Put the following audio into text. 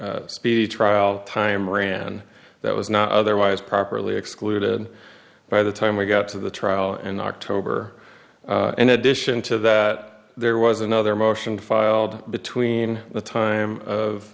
speed trial time ran that was not otherwise properly excluded by the time we got to the trial in october in addition to that there was another motion filed between the